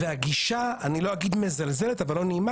והגישה לא אגיד המזלזלת אבל הלא נעימה